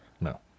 No